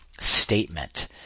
statement